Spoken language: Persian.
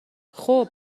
خوب